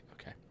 Okay